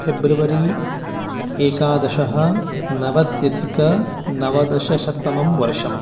फेब्रवरी एकादश नवत्यधिक नवदशशततमं वर्षम्